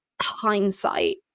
hindsight